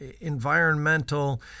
environmental